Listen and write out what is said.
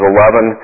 11